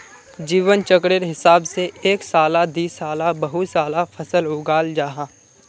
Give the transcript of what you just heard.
जीवन चक्रेर हिसाब से एक साला दिसाला बहु साला फसल उगाल जाहा